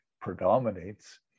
predominates